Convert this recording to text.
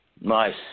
Nice